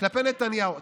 כלפי נתניהו.